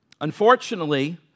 Unfortunately